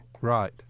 Right